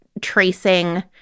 tracing